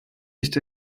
nicht